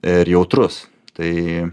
ir jautrus tai